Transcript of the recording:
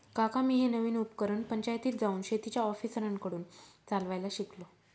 काका मी हे नवीन उपकरण पंचायतीत जाऊन शेतीच्या ऑफिसरांकडून चालवायला शिकलो